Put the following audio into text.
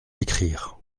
écrire